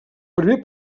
primer